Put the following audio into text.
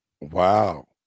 Wow